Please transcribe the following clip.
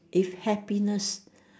if happiness